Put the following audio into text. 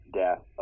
death